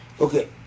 Okay